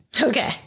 Okay